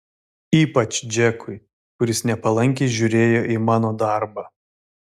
ypač džekui kuris nepalankiai žiūrėjo į mano darbą